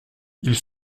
ils